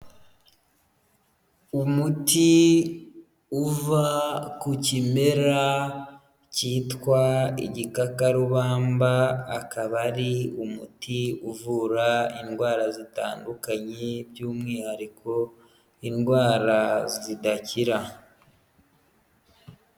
Umuti uva ku kimera cyitwa igikakarubamba, akaba ari umuti uvura indwara zitandukanye, by'umwihariko indwara zidakira.